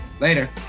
Later